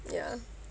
ya